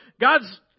God's